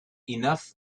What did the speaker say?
enough